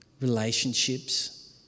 relationships